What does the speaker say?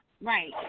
Right